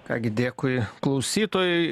ką gi dėkui klausytojui